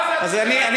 מה זה "אתם שתקתם"?